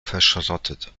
verschrottet